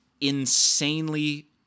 insanely